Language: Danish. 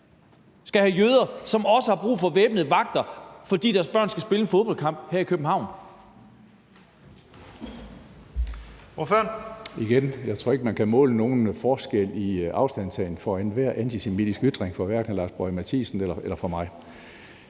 skal se jøder, som har brug for væbnede vagter, fordi deres børn skal spille en fodboldkamp her i København?